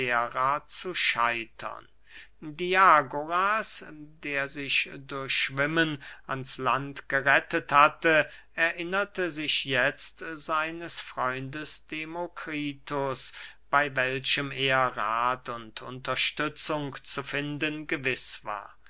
zu scheitern diagoras der sich durch schwimmen ans land gerettet hatte erinnerte sich jetzt seines freundes demokritus bey welchem er rath und unterstützung zu finden gewiß war